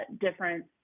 different